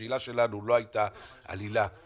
השאלה שלנו לא הייתה על היל"ה,